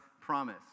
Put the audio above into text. promise